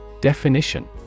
Definition